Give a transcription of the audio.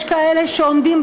יש כאלה שעומדים,